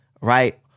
right